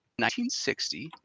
1960